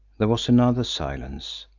there was another silence.